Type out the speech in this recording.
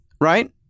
Right